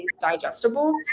digestible